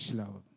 love